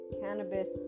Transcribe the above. cannabis